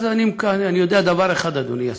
אני יודע דבר אחד, אדוני השר,